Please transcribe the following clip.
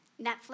Netflix